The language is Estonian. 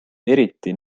eriti